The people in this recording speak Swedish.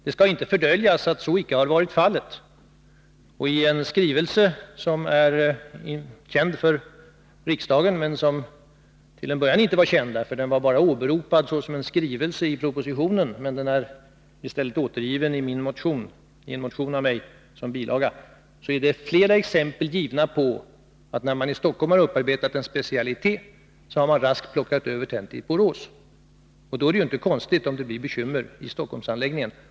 Det skall inte fördöljas att så icke alltid varit fallet. Jag vill nämna en skrivelse som är bekant för riksdagen. Till en början kände man inte till den, därför att den bara hade åberopats i propositionen. Meni en bilaga till en motion som jag väckt finns denna skrivelse återgiven. I skrivelsen finns det flera exempel på att när man i Stockholm arbetat upp en specialitet, så har den raskt plockats över till Borås. Då är det inte konstigt om det blir bekymmer i Stockholmsregionen.